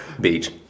Beach